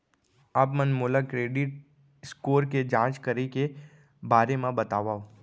आप मन मोला क्रेडिट स्कोर के जाँच करे के बारे म बतावव?